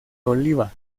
oliva